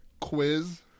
quiz